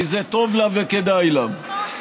כי זה טוב לה וכדאי לה.